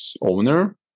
owner